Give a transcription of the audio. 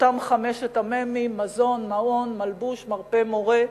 אותם חמשת המ"מים, מזון, מעון, מלבוש, מרפא, מורה,